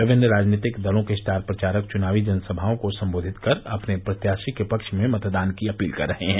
विभिन्न राजनीतिक दलों के स्टार प्रचारक चुनावी जनसभाओं को सम्बोधित कर अपने प्रत्याशी के पक्ष मे मतदान की अपील कर रहे हैं